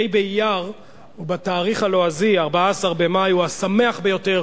ה' באייר, ובתאריך הלועזי 14 במאי, הוא השמח ביותר